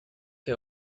que